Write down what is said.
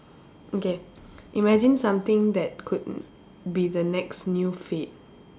okay imagine something that could be the next new fad